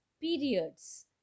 periods